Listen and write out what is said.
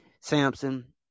Samson